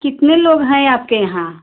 कितने लोग हैं आपके यहाँ